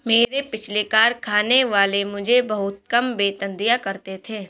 मेरे पिछले कारखाने वाले मुझे बहुत कम वेतन दिया करते थे